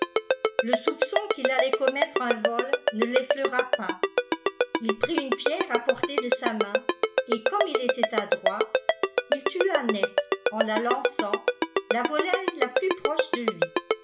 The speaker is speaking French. le soupçon qu'il allait commettre un vol ne l'effleura pas il prit une pierre à portée de sa main et comme il était adroit il tua net en la lançant la volaille la plus proche de lui